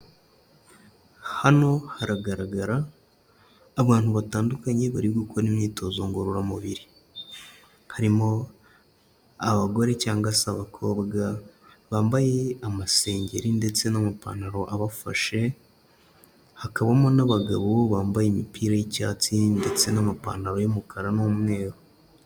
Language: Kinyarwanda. Hano haragaragara abantu batandukanye bari gukora imyitozo ngororamubiri, harimo abagore cyangwa se abakobwa bambaye amasengeri ndetse n'amapantaro abafashe, hakabamo n'abagabo bambaye imipira y'icyatsi ndetse n'amapantaro y'umukara n'umweru.